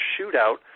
shootout